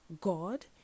god